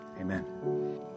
Amen